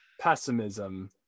pessimism